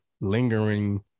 lingering